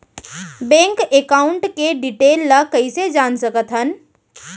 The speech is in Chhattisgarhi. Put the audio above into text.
बैंक एकाउंट के डिटेल ल कइसे जान सकथन?